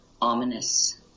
ominous